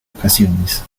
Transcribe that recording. ocasiones